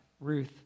Ruth